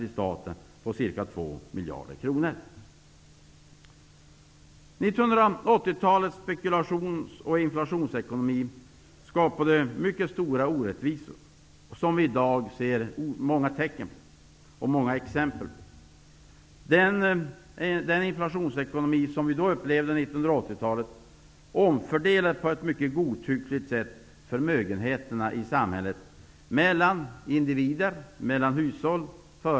Vi måste minska underskottet i de offentliga finanserna genom olika budgetförstärkningar och vidta åtgärder som främjar både en uthållig ekonomisk tillväxt och en sund ekonomisk utveckling. På det sättet kan vi medverka till att skapa låga räntor i vårt samhälle.